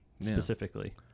specifically